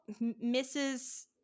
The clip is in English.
mrs